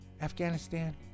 Afghanistan